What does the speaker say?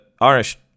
Irish